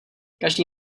každý